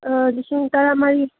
ꯂꯤꯁꯤꯡ ꯇꯔꯥꯃꯔꯤ